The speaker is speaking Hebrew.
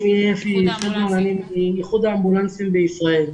אני מאיחוד האמבולנסים בישראל.